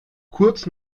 kurz